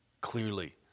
clearly